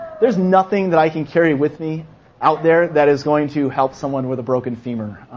there's nothing that i can carry with me out there that is going to help someone with a broken femur.